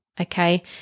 okay